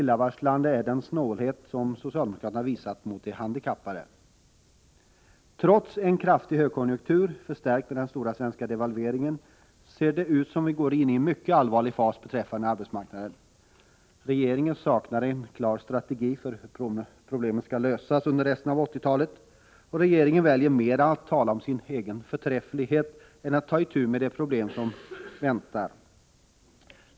Den snålhet som socialdemokraterna visat mot de handikappade är särskilt illavarslande. Trots en kraftig högkonjunktur, förstärkt med den stora svenska devalveringen, ser det ut som om vi går in i en mycket allvarlig fas beträffande arbetsmarknaden. Regeringen saknar en klar strategi för hur problemen skall lösas under resten av 1980-talet. Regeringen väljer att mera tala om sin egen förträfflighet än att ta itu med de problem som väntar.